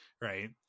right